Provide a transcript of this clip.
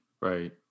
Right